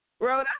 Rhoda